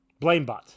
Blamebot